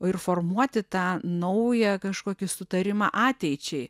ir formuoti tą naują kažkokį sutarimą ateičiai